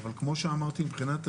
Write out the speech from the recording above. אבל מבחינת הנשים,